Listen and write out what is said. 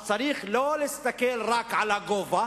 אז צריך לא להסתכל רק על הגובה